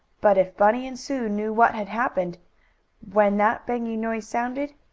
but if bunny and sue knew what had happened when that banging noise sounded,